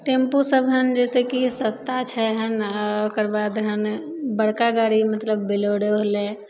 tempo सब हन जैसे कि सस्ता छै हन ओकर बाद हन बड़का गाड़ी मतलब बोलेरो होलय